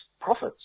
profits